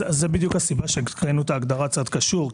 זאת בדיוק הסיבה לכך שהקראנו את ההגדרה לצד קשור.